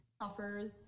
Offers